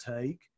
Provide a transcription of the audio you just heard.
take